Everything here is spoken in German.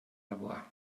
labor